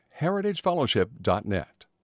heritagefellowship.net